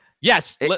Yes